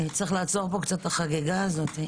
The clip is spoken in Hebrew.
צריך לעצור קצת את החגיגה הזאת.